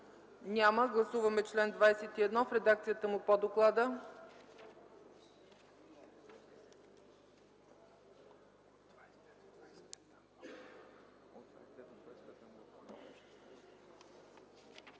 Няма. Гласуваме чл. 21 в редакцията му по доклада.